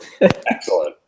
excellent